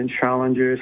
challenges